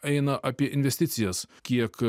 eina apie investicijas kiek